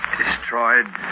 destroyed